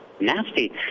nasty